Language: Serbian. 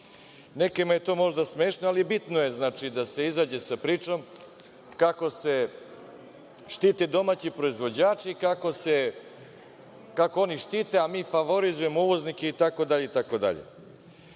je to možda smešno, ali bitno je da se izađe sa pričom kako se štite domaći proizvođači, kako oni štite, a mi favorizujemo uvoznike itd.